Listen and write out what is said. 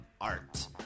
art